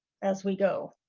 as we go.